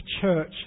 church